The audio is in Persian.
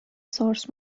سارس